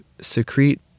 secrete